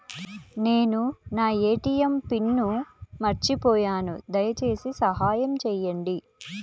నేను నా ATM pin మర్చిపోయాను దయచేసి సహాయం చేయండి